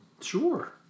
Sure